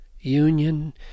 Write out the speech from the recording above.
union